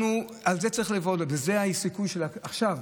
על זה צריך לעבוד וזה הסיכוי שלנו עכשיו,